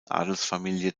adelsfamilie